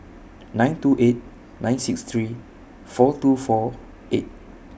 nine two eight nine six three four two four eight